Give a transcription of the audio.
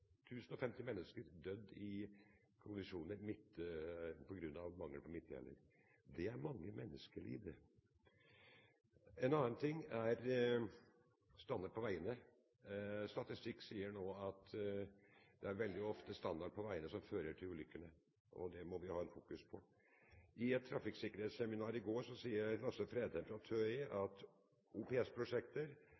050 mennesker dødd i kollisjoner på grunn av mangel på midtdeler. Det er mange menneskeliv. En annen ting er standard på veiene. Statistikk sier nå at det er veldig ofte standarden på veien som fører til ulykkene, og det må vi ha fokus på. I et trafikksikkerhetsseminar i går